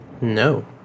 No